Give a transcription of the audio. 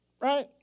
right